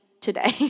today